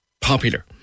popular